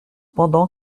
pendant